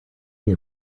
tell